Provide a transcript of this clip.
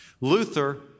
Luther